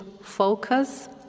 focus